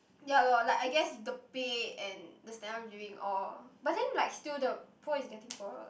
ya lor I guess the pay and the standard of living all but then like still the poor is getting poorer lah